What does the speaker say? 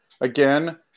again